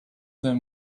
them